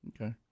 Okay